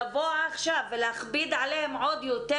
לבוא עכשיו ולהכביד עליהן עוד יותר,